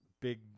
big